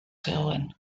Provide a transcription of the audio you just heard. zegoen